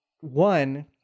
one